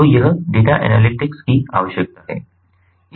तो यह data analytics की आवश्यकता है